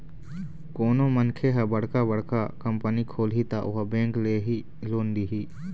कोनो मनखे ह बड़का बड़का कंपनी खोलही त ओहा बेंक ले ही लोन लिही